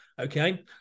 okay